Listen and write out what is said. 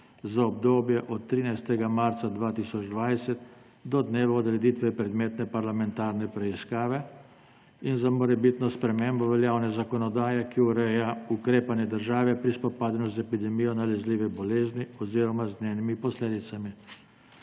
za obdobje od 13. marca 2020 do dneva odreditve predmetne parlamentarne preiskave in za morebitno spremembo veljavne zakonodaje, ki ureja ukrepanje države pri spopadanju z epidemijo nalezljive bolezni oziroma z njenimi posledicami.